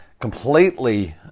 Completely